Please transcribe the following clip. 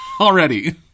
already